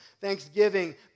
thanksgiving